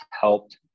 helped